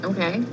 Okay